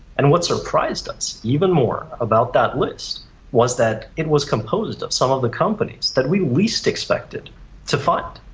and what surprised us even more about that list was that it was composed at some of the companies that we least expected to find.